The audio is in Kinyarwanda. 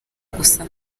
gusa